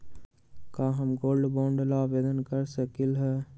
का हम gold bond ला आवेदन कर सकली ह?